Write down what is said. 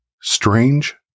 strange